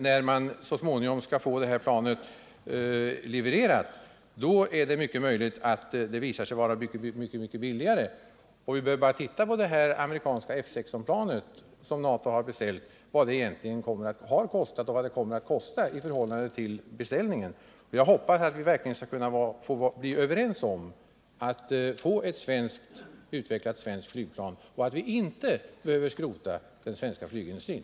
När man så småningom skall få planet levererat är det mycket möjligt att det visar sig vara betydligt billigare. Vi behöver bara se på vad det amerikanska F 16-planet, som NATO beställt, egentligen kommer att kosta och sätta dessa kostnader i förhållande till kostnaderna vid beställningen. Jag hoppas verkligen att vi skall kunna bli överens när det gäller att få ett utvecklat svenskt flygplan och att vi inte behöver skrota den svenska flygindustrin.